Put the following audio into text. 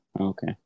okay